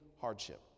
hardship